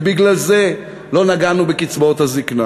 ובגלל זה לא נגענו בקצבאות הזיקנה